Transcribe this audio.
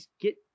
get